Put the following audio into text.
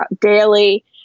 daily